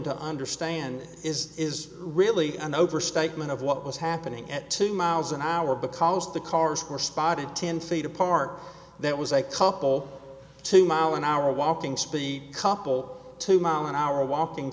to understand is is really an overstatement of what was happening at two miles an hour because the cars were spotted ten feet apart that was a couple two mile an hour walking speed couple two mile an hour walking